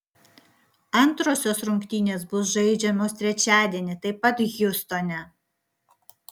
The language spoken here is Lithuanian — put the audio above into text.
antrosios rungtynės bus žaidžiamos trečiadienį taip pat hjustone